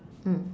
mm